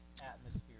atmosphere